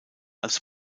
als